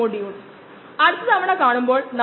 module 2 അവസാനിപ്പിക്കുന്നു ഇത് പ്രഭാഷണം 9